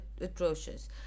atrocious